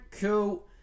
Cool